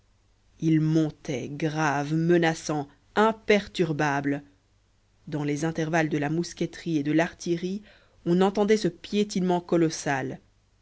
ils montaient graves menaçants imperturbables dans les intervalles de la mousqueterie et de l'artillerie on entendait ce piétinement colossal